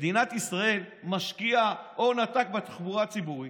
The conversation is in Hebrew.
מדינת ישראל משקיעה הון עתק בתחבורה הציבורית,